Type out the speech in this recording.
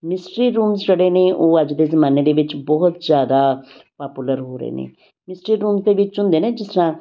mystery rooms ਜਿਹੜੇ ਨੇ ਉਹ ਅੱਜ ਦੇ ਜ਼ਮਾਨੇ ਦੇ ਵਿੱਚ ਬਹੁਤ ਜ਼ਿਆਦਾ ਪਾਪੂਲਰ ਹੋ ਰਹੇ ਨੇ ਮਿਸਟਰੀ ਰੂਮ ਦੇ ਵਿੱਚ ਹੁੰਦੇ ਨੇ ਜਿਸ ਤਰ੍ਹਾਂ